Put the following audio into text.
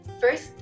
First